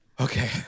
okay